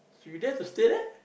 you dare to stay there